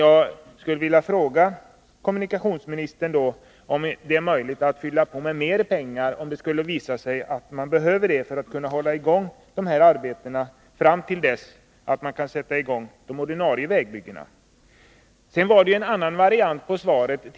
Jag skulle vilja fråga kommunikationsmi Torsdagen den nistern om det är möjligt att fylla på med mer pengar, om det skulle visa sig 2 december 1982 nödvändigt för att hålla i gång arbetena fram till dess man kan sätta i gång de Svaret hade tidigare en annan lydelse.